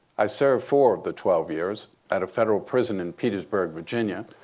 i served four of the twelve years at a federal prison in petersburg, virginia.